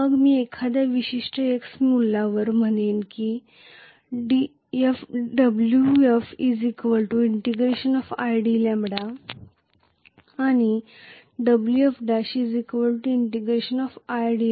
मग मी एखाद्या विशिष्ट x मूल्यावर म्हणेन की Wf id आणि Wf' id